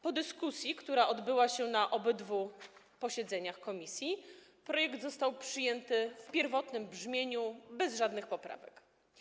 Po dyskusji, która odbyła się na obydwu posiedzeniach komisji, projekt został przyjęty w pierwotnym brzmieniu, bez żadnych poprawek.